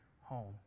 home